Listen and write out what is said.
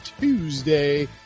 Tuesday